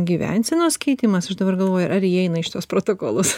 gyvensenos keitimas aš dabar galvoju ar įeina į šituos protokolus